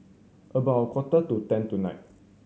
about a quarter to ten tonight